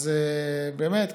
אז באמת,